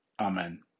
Amen